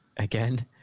Again